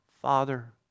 Father